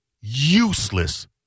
useless